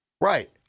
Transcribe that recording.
Right